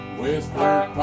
whispered